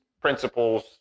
principles